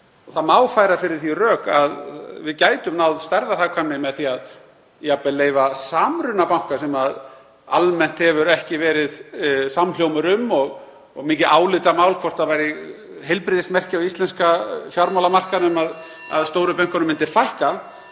Færa má fyrir því rök að við gætum náð stærðarhagkvæmni með því jafnvel að leyfa samruna banka sem almennt hefur ekki verið samhljómur um og mikið álitamál hvort það væri heilbrigðismerki á íslenska fjármálamarkaðnum (Forseti hringir.) að stóru bönkunum myndi fækka,